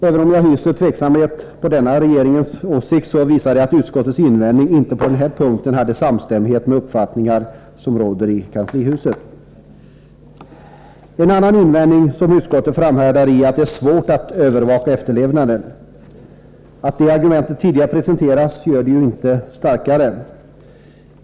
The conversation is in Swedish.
Även om jag hyser tveksamhet i fråga om denna regeringens åsikt, visar den att utskottets invändning inte på den punkten har samstämmighet med uppfattningar som råder i kanslihuset. En annan invändning som utskottet framhärdar i är att det är svårt att övervaka efterlevnaden. Att det argumentet tidigare presenterats gör det inte starkare.